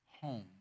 home